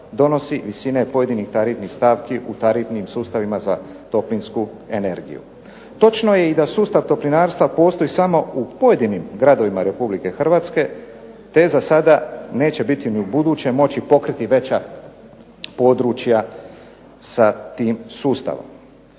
donosi visine pojedinih tarifnih stavki u tarifnim sustavima za toplinsku energiju. Točno je da i sustav toplinarstva postoji samo u pojedinim gradovima RH, te za sada neće biti ni u buduće moći pokriti veća područja sa tim sustavom.